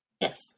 Yes